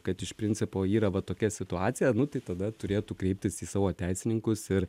kad iš principo yra va tokia situacija nu tai tada turėtų kreiptis į savo teisininkus ir